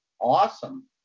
awesome